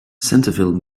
centerville